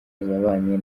yabanye